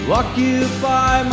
occupy